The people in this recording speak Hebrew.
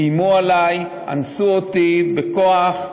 איימו עלי, אנסו אותי בכוח,